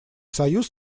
союз